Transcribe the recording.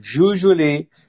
usually